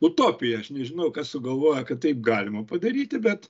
utopija aš nežinau kas sugalvojo kad taip galima padaryti bet